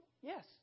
yes